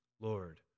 Lord